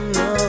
no